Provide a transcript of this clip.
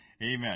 Amen